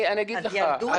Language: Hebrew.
אני אגיד לך,